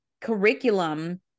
curriculum